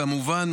כמובן,